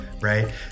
right